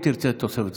אם תרצה תוספת זמן.